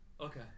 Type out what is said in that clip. okay